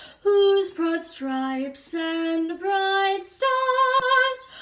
whose broad stripes and so i was